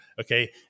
Okay